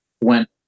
went